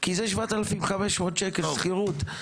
כי זה 7,500 שקלים שכירות,